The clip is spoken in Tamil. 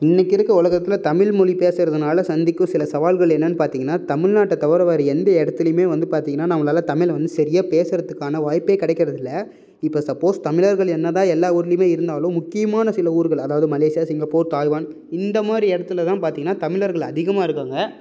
இன்றைக்கி இருக்க உலகத்துல தமிழ்மொழி பேசுறதுனால் சந்திக்கும் சில சவால்கள் என்னென்னு பார்த்தீங்கன்னா தமிழ்நாட்டை தவிர வேறே எந்த இடத்துலையுமே வந்து பார்த்தீங்கன்னா நம்மளால் தமிழை வந்து சரியாக பேசுகிறதுக்கான வாய்ப்பே கிடைக்கிறது இல்லை இப்போ சப்போஸ் தமிழர்கள் என்னதான் எல்லா ஊர்லேயுமே இருந்தாலும் முக்கியமான சில ஊர்கள் அதாவது மலேசியா சிங்கப்பூர் தாய்வான் இந்த மாதிரி இடத்துல தான் பார்த்தீங்கன்னா தமிழர்கள் அதிகமாக இருக்காங்க